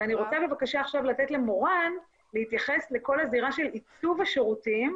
ואני רוצה עכשיו לתת למורן להתייחס לכל הזירה של עיצוב השירותים,